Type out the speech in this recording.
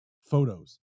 photos